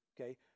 Okay